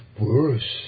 worse